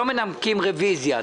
לא מנמקים רוויזיה.